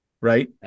Right